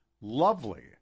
lovely